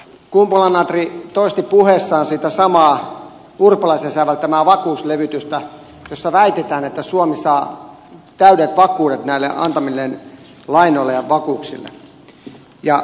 kumpula natri toisti puheessaan sitä samaa urpilaisen säveltämää vakuuslevytystä jossa väitetään että suomi saa täydet vakuudet näille antamilleen lainoille ja vakuuksille